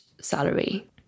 salary